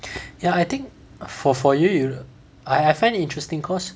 ya I think for for you you I I find it interesting cause